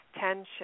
tension